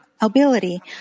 ability